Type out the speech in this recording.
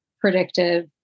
predictive